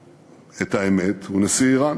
את האמת הוא נשיא איראן.